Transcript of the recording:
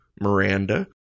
Miranda